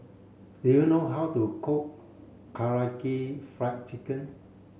do you know how to cook Karaage Fried Chicken